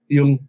Yung